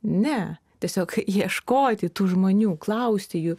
ne tiesiog ieškoti tų žmonių klausti jų